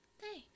Thanks